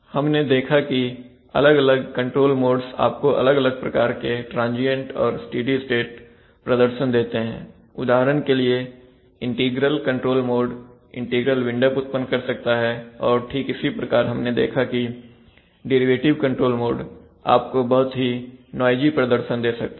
हमने देखा कि अलग अलग कंट्रोल मोड्स आपको अलग अलग प्रकार के ट्रांजियंट और स्टेडी स्टेट प्रदर्शन देते हैं उदाहरण के लिए integral control mode integral wind up उत्पन्न कर सकता है और ठीक इसी प्रकार हमने देखा कि डेरिवेटिव कंट्रोल मोड आपको बहुत ही नाइजी प्रदर्शन दे सकता है